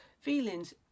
feelings